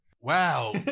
Wow